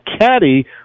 caddy